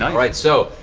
um right. so,